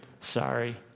Sorry